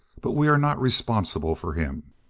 but we are not responsible for him.